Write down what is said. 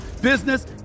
business